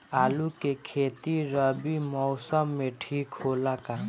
आलू के खेती रबी मौसम में ठीक होला का?